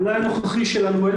המלאי הנוכחי שלנו,